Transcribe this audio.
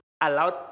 allowed